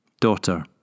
daughter